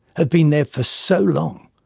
have been there for so long,